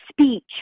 speech